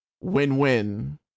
win-win